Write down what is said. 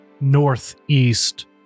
northeast